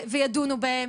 וידונו בהן,